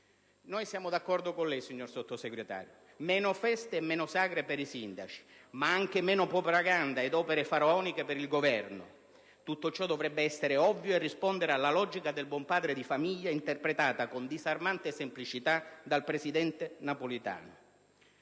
Noi siamo d'accordo con lei, signor Sottosegretario: meno feste e meno sagre per i sindaci, ma anche meno propaganda ed opere faraoniche per il Governo. Tutto ciò dovrebbe essere ovvio e rispondere alla logica del buon padre di famiglia, interpretata con disarmante semplicità dal presidente Napolitano.